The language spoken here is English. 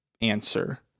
answer